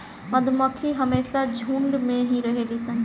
मधुमक्खी हमेशा झुण्ड में ही रहेली सन